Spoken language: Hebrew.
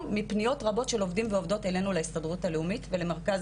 מפניות רבות של עובדים ועובדות אלינו להסתדרות הלאומית ולמרכז